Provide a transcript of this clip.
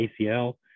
ACL